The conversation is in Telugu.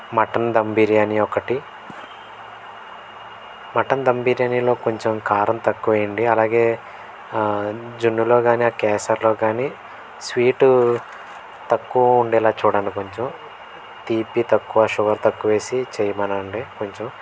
మటన్ దమ్ బిర్యానీ ఒకటి మటన్ దమ్ బిర్యానీలో కొంచెం కారం తక్కువ వేయండి అలాగే జున్నులో కానీ ఆ కేసర్లో కానీ స్వీటు తక్కువ ఉండేలా చూడండి కొంచెం తీపి తక్కువ షుగర్ తక్కువ వేసి చేయమనండి కొంచెం